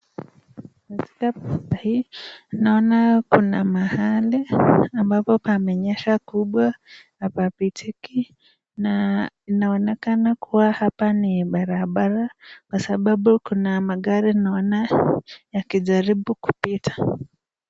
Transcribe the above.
Katika picha hii naona kuna mahali ambapo pamenyesha kubwa hapapitiki, na inaonekana kuwa hapa ni barabara kwa sababu kuna magari na naona yakijaribu kupita.